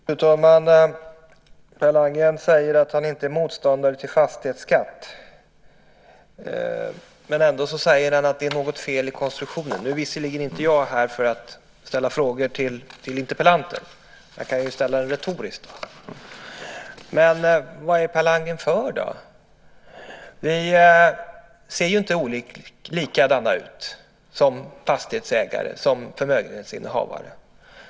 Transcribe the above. Fru talman! Per Landgren säger att han inte är motståndare till fastighetsskatt. Men ändå säger han att det är något fel i konstruktionen. Nu är visserligen jag inte här för att ställa frågor till interpellanten, men frågan kan ställas retoriskt. Vad är Per Landgren för då? Vi ser inte likadana ut som fastighetsägare, som förmögenhetsinnehavare.